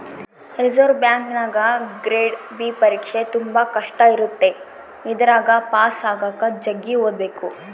reserve ಬ್ಯಾಂಕಿನಗ grade B ಪರೀಕ್ಷೆ ತುಂಬಾ ಕಷ್ಟ ಇರುತ್ತೆ ಇದರಗ ಪಾಸು ಆಗಕ ಜಗ್ಗಿ ಓದಬೇಕು